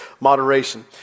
Moderation